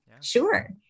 sure